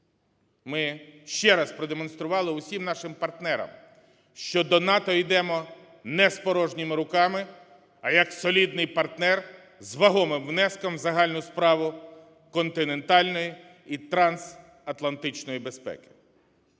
Ми ще раз продемонстрували усім нашим партнерам, що до НАТО йдемо не з порожніми руками, а як солідний партнер з вагомим внеском в загальну справу континентальної і трансатлантичної безпеки.